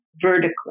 vertically